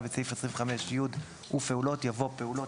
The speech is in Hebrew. בסעיף 25י ופעולות" יבוא "פעולות".